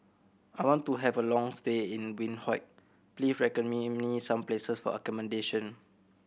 I want to have a long stay in Windhoek please recommend me some places for accommodation